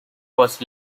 was